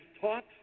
taught